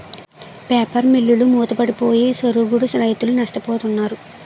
paper మిల్లులు మూతపడిపోయి సరుగుడు రైతులు నష్టపోతున్నారు